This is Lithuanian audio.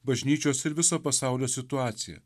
bažnyčios ir viso pasaulio situacija